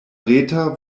reta